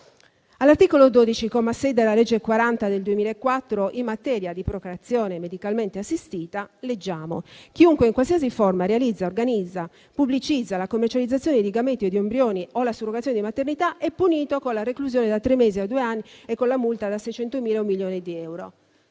L'articolo 12, comma 6, della legge n. 40 del 2004, in materia di procreazione medicalmente assistita, recita che «Chiunque, in qualsiasi forma, realizza, organizza o pubblicizza la commercializzazione di gameti o di embrioni o la surrogazione di maternità è punito con la reclusione da tre mesi a due anni e con la multa da 600.000 a un milione di euro».